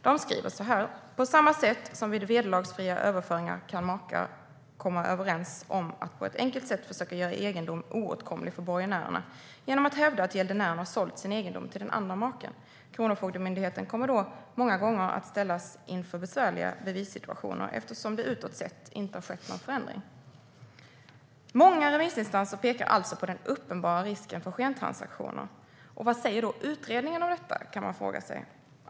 Det skriver: På samma sätt som vid vederlagsfria överföringar kan makar komma överens om att på ett enkelt sätt försöka göra egendom oåtkomlig för borgenärerna genom att hävda att gäldenären sålt sin egendom till den andre maken. Kronofogdemyndigheten kommer då många gånger att ställas inför besvärliga bevissituationer eftersom det utåt sett inte har skett någon förändring. Många remissinstanser pekar alltså på den uppenbara risken för skentransaktioner. Vad säger då utredningen om detta? Det kan man fråga sig.